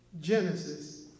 Genesis